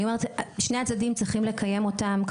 שני הצדדים צריכים לקיים אותם,